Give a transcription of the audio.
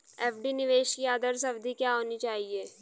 FD निवेश की आदर्श अवधि क्या होनी चाहिए?